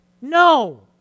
No